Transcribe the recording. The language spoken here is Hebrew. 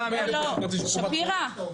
לא לא, שפירא.